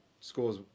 scores